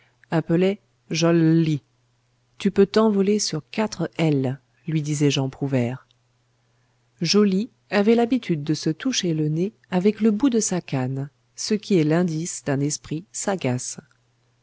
jolllly tu peux t'envoler sur quatre l lui disait jean prouvaire joly avait l'habitude de se toucher le nez avec le bout de sa canne ce qui est l'indice d'un esprit sagace